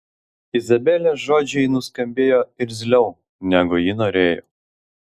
izabelės žodžiai nuskambėjo irzliau negu ji norėjo